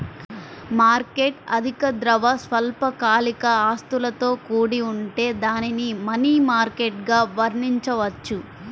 market అధిక ద్రవ, స్వల్పకాలిక ఆస్తులతో కూడి ఉంటే దానిని మనీ మార్కెట్గా వర్ణించవచ్చు